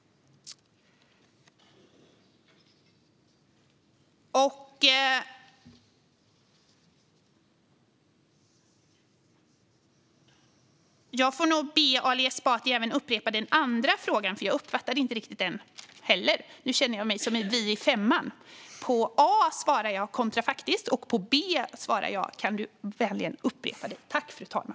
Jag får nog be Ali Esbati upprepa även den andra frågan. Jag uppfattade inte den heller riktigt. Det känns som att jag är med i Vi i femman . På A svarar jag: kontrafaktisk. Och på B svarar jag: Kan du vänligen upprepa frågan?